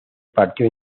partió